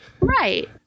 Right